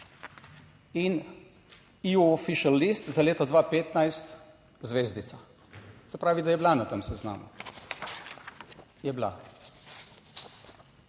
in EU official list za leto 2015 zvezdica, se pravi, da je bila na tem seznamu, je bila.